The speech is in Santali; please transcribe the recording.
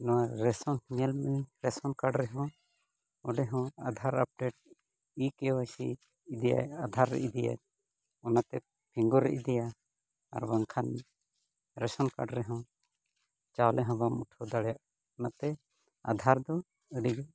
ᱱᱚᱣᱟ ᱨᱮᱥᱚᱱ ᱧᱮᱞ ᱢᱮ ᱨᱮᱥᱚᱱ ᱠᱟᱨᱰ ᱨᱮᱦᱚᱸ ᱚᱸᱰᱮ ᱦᱚᱸ ᱟᱫᱷᱟᱨ ᱟᱯᱰᱮᱴ ᱮ ᱠᱮ ᱣᱭᱟᱭ ᱥᱤ ᱤᱫᱤᱭᱟᱭ ᱟᱫᱷᱟᱨ ᱤᱫᱤᱭᱟᱭ ᱚᱱᱟᱛᱮ ᱯᱷᱤᱝᱜᱟᱨᱮ ᱤᱫᱤᱭᱟ ᱟᱨ ᱵᱟᱝᱠᱷᱟᱱ ᱨᱮᱥᱚᱱ ᱠᱟᱨᱰ ᱨᱮᱦᱚᱸ ᱪᱟᱣᱞᱮ ᱦᱚᱸ ᱵᱟᱢ ᱩᱴᱷᱟᱹᱣ ᱫᱟᱲᱮᱭᱟᱜ ᱱᱟ ᱚᱱᱟᱛᱮ ᱟᱫᱷᱟᱨ ᱫᱚ ᱟᱹᱰᱤ ᱜᱮ